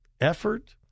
effort